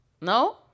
No